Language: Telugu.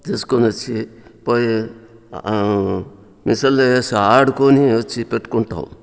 తీసుకొని వచ్చి పోయి మిషన్లో వేసి ఆడుకొని వచ్చి పెట్టుకుంటాం